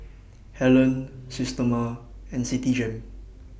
Helen Systema and Citigem